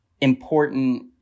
important